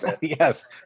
yes